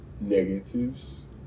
negatives